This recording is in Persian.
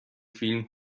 فیلم